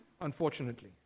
unfortunately